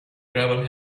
gravel